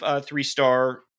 three-star